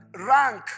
rank